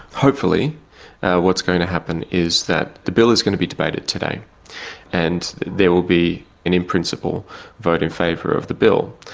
hopefully what's going to happen is that the bill is going to be debated today and there will be an in principle vote in favour of the bill.